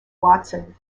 watson